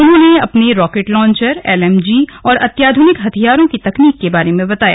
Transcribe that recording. उन्होंने अपने rocket launcher L M G और अत्याध्निक हथियारों की तकनीक के बारे में बताया